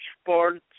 sports